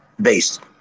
based